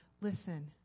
Listen